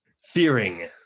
Fearing